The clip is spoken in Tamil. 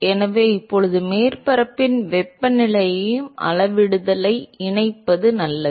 எனவே இப்போது மேற்பரப்பின் வெப்பநிலையையும் அளவிடுதலில் இணைப்பது நல்லது